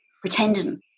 pretending